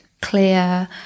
clear